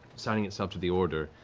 signing itself to the order,